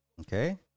Okay